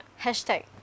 Hashtag